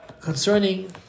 concerning